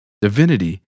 divinity